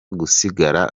gusigara